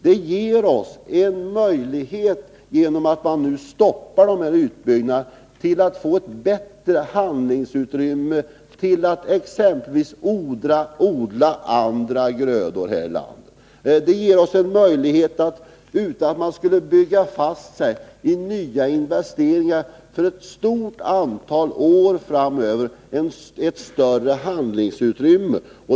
Genom att dessa utbyggnader nu stoppas ger förbudet oss ett bättre handlingsutrymme, för att exempelvis odla andra grödor här i landet. Det ger oss en möjlighet — utan att man bygger fast sig i nya investeringar för ett stort antal år framöver — till ett större handlingsutrymme.